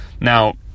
Now